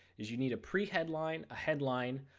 is you need a pre-headline, a headline,